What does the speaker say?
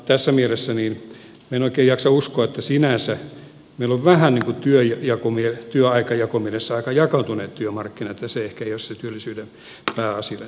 tässä mielessä minä en oikein jaksa uskoa sinänsä meillä on vähän niin kuin työaikajakomielessä aika jakaantuneet työmarkkinat ja se ehkä ei ole se työllisyyden pääasiallinen tukimuoto